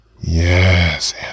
Yes